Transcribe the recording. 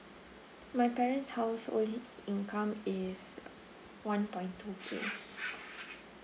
my parents household income is one point two K